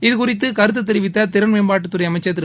இது குறித்துக் கருத்துத் தெரிவித்த திறன் மேம்பாட்டுத் துறை அமைச்சர் திரு